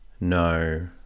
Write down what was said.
No